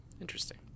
Interesting